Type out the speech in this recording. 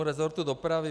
K rezortu dopravy.